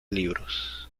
libros